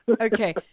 Okay